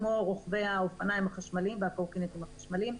כמו רוכבי האופניים החשמליים והקורקינטים החשמליים,